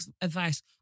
advice